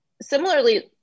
similarly